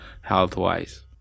health-wise